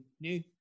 new